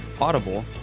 Audible